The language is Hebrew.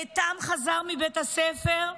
איתם חזר מבית הספר,